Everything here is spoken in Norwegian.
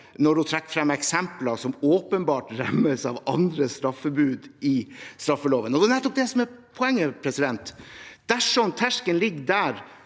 når hun trekker frem eksempler som åpenbart rammes av andre straffebud i straffeloven. Det er nettopp det som er poenget. Dersom terskelen ligger der,